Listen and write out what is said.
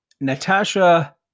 Natasha